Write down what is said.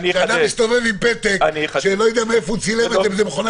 שאדם מסתובב עם פתק שאתה לא יודע מאיזה מכונת